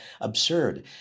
absurd